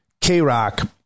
K-Rock